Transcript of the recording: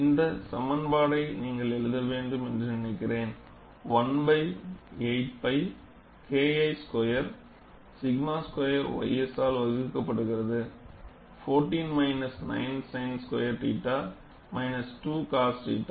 இந்த எஸ்பிரேசன்னை நீங்கள் எழுத வேண்டும் என்று நினைக்கிறேன் 1 by 8 pi kii square 𝛔 square ys ஆல் வகுக்கப்படுகிறது 14 minus 9 sin square θ minus 2 cos θ